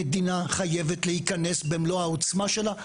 המדינה חייבת להיכנס במלוא העוצמה שלה,